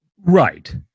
right